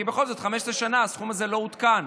כי בכל זאת 15 שנה הסכום הזה לא עודכן.